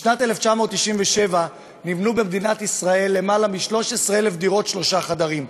בשנת 1997 נבנו במדינת ישראל יותר מ-13,000 דירות שלושה חדרים.